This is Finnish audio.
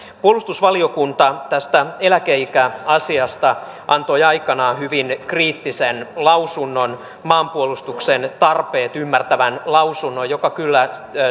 puolustusvaliokunta tästä eläkeikäasiasta antoi aikanaan hyvin kriittisen lausunnon maanpuolustuksen tarpeet ymmärtävän lausunnon joka kyllä